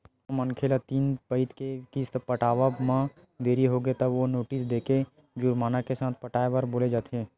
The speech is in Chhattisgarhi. जब कोनो मनखे ल तीन पइत के किस्त पटावब म देरी होगे तब तो नोटिस देके जुरमाना के साथ पटाए बर बोले जाथे